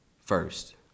first